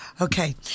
Okay